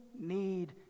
need